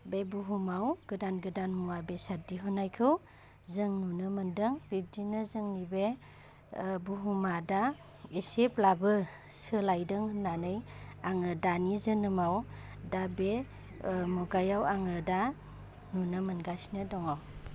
बे बुहुमाव गोदान गोदान मुवा बेसाद दिहुनायखौ जों नुनो मोनदों बिब्दिनो जोंनि बे बुहुमा दा इसेब्लाबो सोलायदों होन्नानै आङो दानि जोनोमाव दा बे मुगायाव आङो दा नुनो मोनगासिनो दङ